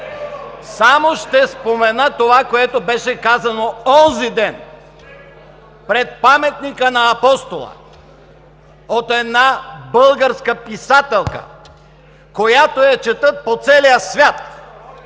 Само ще спомена това, което беше казано онзи ден пред паметника на Апостола от една българска писателка, която я четат по целия свят: